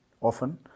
often